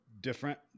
different